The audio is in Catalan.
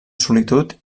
solitud